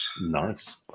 Nice